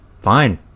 fine